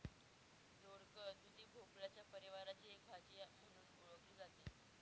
दोडक, दुधी भोपळ्याच्या परिवाराची एक भाजी म्हणून ओळखली जाते